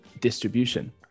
distribution